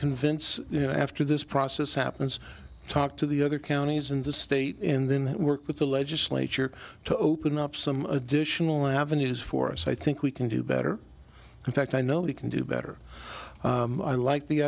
know after this process happens talk to the other counties in the state in then work with the legislature to open up some additional avenues for us i think we can do better in fact i know we can do better i like the